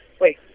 Wait